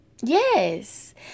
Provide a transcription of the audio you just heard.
Yes